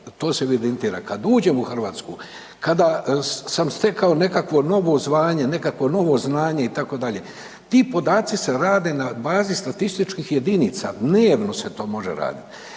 to se evidentira, kad uđem u Hrvatsku, kada sam stekao nekakvo novo zvanje, nekakvo novo znanje itd., ti podaci se rade na bazi statističkih jedinica, dnevno se to može radit.